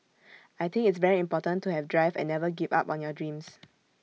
I think it's very important to have drive and never give up on your dreams